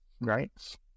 right